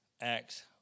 Acts